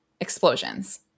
explosions